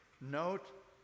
note